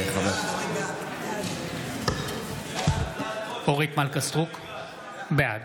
(קורא בשם חברת הכנסת) אורית מלכה סטרוק, בעד